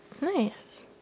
Nice